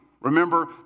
Remember